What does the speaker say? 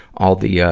all the, ah,